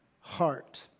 heart